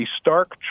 stark